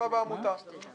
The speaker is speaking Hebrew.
לבעל